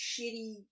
shitty